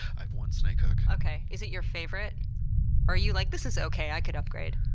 i have one snake hook. okay. is it your favorite? or are you like, this is okay, i could upgrade?